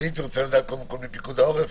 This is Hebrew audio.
הייתי רוצה לדעת מפיקוד העורף,